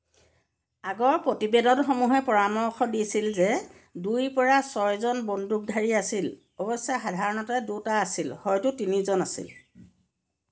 আগৰ প্ৰতিবেদনসমূহে পৰামৰ্শ দিছিল যে দুইৰ পৰা ছয়জন বন্দুকধাৰী আছিল অৱশ্যে সাধাৰণতে দুটা আছিল হয়তো তিনিজন আছিল